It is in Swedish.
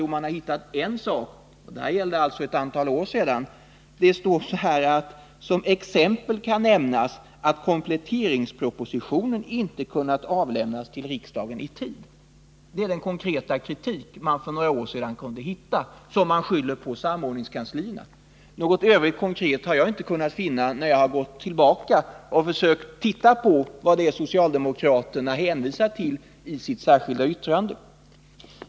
Jo, man hade då, för ett antal år sedan, hittat en sak. Det står i reservationen: ”Som exempel kan nämnas att kompletteringspropositionen inte kunnat avlämnas till riksdageni tid.” Det var den konkreta kritik socialdemokraterna för några år sedan kunde framföra mot samordningskanslierna. Något övrigt konkret har jaginte kunnat finna, när jag har gått tillbaka och försökt titta på vad det är socialdemokraterna hänvisar till i sitt särskilda yttrande 1.